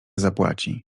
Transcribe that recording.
zapłaci